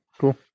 cool